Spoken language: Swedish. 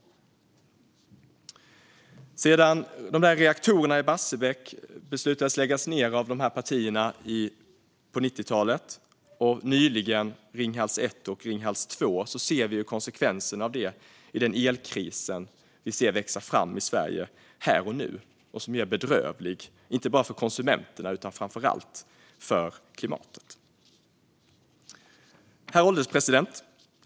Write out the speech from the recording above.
De här partierna beslutade att lägga ned Barsebäck på 90-talet, och nyligen lade man ned Ringhals 1 och 2. Konsekvenserna ser vi i den elkris som växer fram i Sverige. Det är bedrövligt, inte bara för konsumenterna utan framför allt för klimatet. Herr ålderspresident!